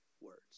words